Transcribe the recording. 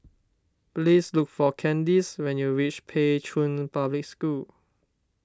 please look for Candyce when you reach Pei Chun Public School